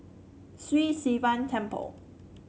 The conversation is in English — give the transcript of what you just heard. Sri Sivan Temple